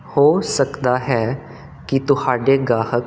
ਹੋ ਸਕਦਾ ਹੈ ਕਿ ਤੁਹਾਡੇ ਗਾਹਕ